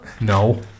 No